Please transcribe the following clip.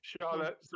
Charlotte